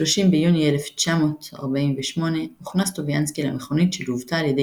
ב-30 ביוני 1948 הוכנס טוביאנסקי למכונית שלוותה על ידי